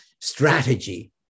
strategy